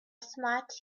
smart